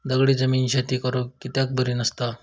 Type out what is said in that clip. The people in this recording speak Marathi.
दगडी जमीन शेती करुक कित्याक बरी नसता?